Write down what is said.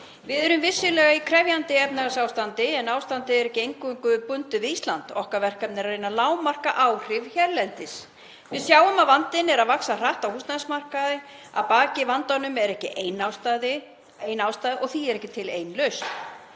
Við erum vissulega í krefjandi efnahagsástandi en ástandið er ekki eingöngu bundið við Ísland. Okkar verkefni er að reyna að lágmarka áhrifin hérlendis. Við sjáum að vandinn er að vaxa hratt á húsnæðismarkaði. Að baki vandanum er ekki ein ástæða og því er ekki til ein lausn.